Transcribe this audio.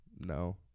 No